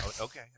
Okay